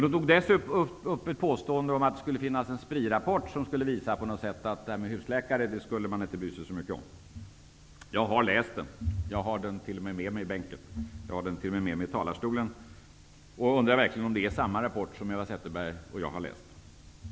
Hon tog dessutom upp ett påstående om att det skulle finnas en SPRI-rapport som visade att det här med husläkare skulle man inte bry sig så mycket om. Jag har läst rapporten -- jag har den med mig i bänken, jag har den t.o.m. med mig i talarstolen -- och jag undrar verkligen om det är samma rapport som jag och Eva Zetterberg har läst.